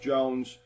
Jones